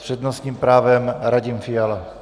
S přednostním právem Radim Fiala.